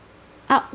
out